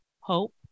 hope